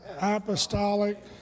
apostolic